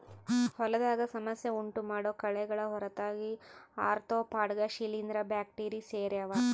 ಹೊಲದಾಗ ಸಮಸ್ಯೆ ಉಂಟುಮಾಡೋ ಕಳೆಗಳ ಹೊರತಾಗಿ ಆರ್ತ್ರೋಪಾಡ್ಗ ಶಿಲೀಂಧ್ರ ಬ್ಯಾಕ್ಟೀರಿ ಸೇರ್ಯಾವ